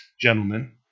gentlemen